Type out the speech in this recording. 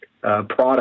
product